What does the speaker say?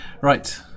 Right